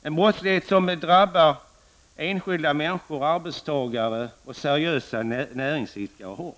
Det är en brottslighet som hårt drabbar enskilda människor, arbetstagare och seriösa näringsidkare.